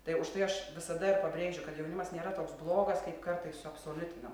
tai užtai aš visada ir pabrėžiu kad jaunimas nėra toks blogas kaip kartais suabsoliutinam